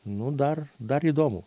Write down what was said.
nu dar dar įdomu